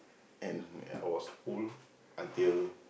and I was full until